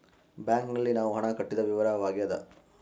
bank ನಲ್ಲಿ ನಾವು ಹಣ ಕಟ್ಟಿದ ವಿವರವಾಗ್ಯಾದ